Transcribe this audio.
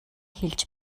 хэлж